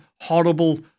horrible